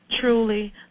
truly